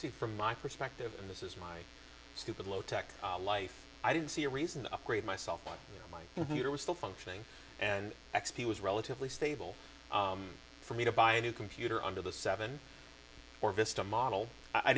see from my perspective and this is my stupid low tech life i didn't see a reason to upgrade myself on my computer was still functioning and x p was relatively stable for me to buy a new computer under the seven or vista model i